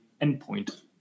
endpoint